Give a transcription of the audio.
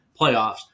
playoffs